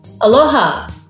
Aloha